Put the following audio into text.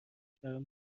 برام